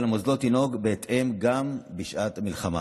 ועל המוסדות לנהוג בהתאם להן גם בשעת המלחמה.